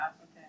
Okay